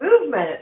movement